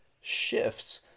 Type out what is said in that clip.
shifts